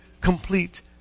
complete